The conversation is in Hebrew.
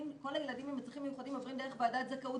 כל הילדים עם הצרכים המיוחדים עוברים דרך ועדת זכאות